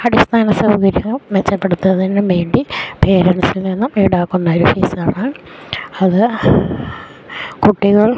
അടിസ്ഥാന സൗകര്യം മെച്ചപ്പെടുത്തതിനും വേണ്ടി പേരെൻസിൽ നിന്നും ഈടാക്കുന്നൊരു ഫീസാണ് അത് കുട്ടികൾ